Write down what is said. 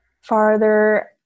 farther